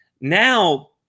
Now